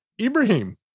Ibrahim